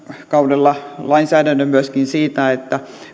kaudella lainsäädännön myöskin siitä